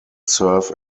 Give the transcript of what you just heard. serve